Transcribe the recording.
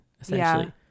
essentially